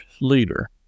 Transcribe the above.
leader